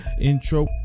intro